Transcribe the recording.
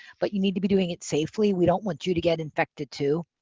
but you need to be doing it safely. we don't want you to get infected, too.